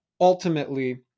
Ultimately